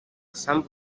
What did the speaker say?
sambu